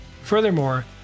Furthermore